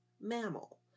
mammal